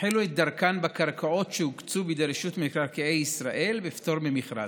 החלו את דרכן בקרקעות שהוקצו בידי רשות מקרקעי ישראל בפטור ממכרז.